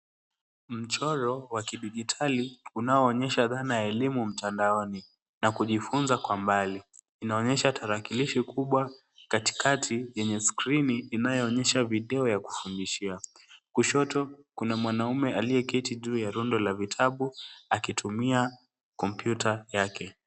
Mchoro wa kidijitali unaonyesha dhana ya elimu mtandaoni na kujifunza kwa mbali. Inaonyesha tarakilishi kubwa katikati yenye skrini inayoonyesha video ya kufundishia. Kushoto kuna mwanaume aliyeketi juu ya rundo la vitabu akitumia kompyuta yake.